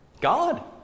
God